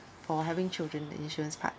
for having children insurance part